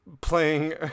playing